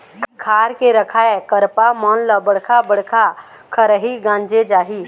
खार के रखाए करपा मन ल बड़का बड़का खरही गांजे जाही